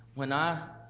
when i